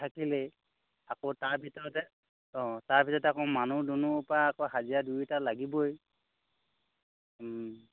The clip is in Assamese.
থাকিলেই আকৌ তাৰ ভিতৰতে অ তাৰ ভিতৰতে আকৌ মানুহ দুনুহৰ পৰা আকৌ হাজিৰা দুয়োটা লাগিবই ও